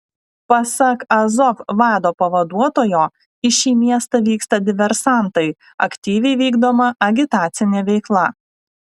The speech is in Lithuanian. pasak azov vado pavaduotojo į šį miestą vyksta diversantai aktyviai vykdoma agitacinė veikla